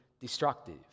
destructive